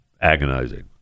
Agonizing